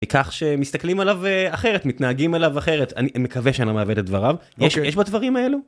כך שמסתכלים עליו אחרת, מתנהגים עליו אחרת, אני מקווה שאני לא מעוות את דבריו. יש בדברים האלו?